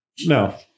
No